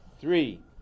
Three